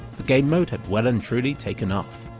the gamemode had well and truly taken off.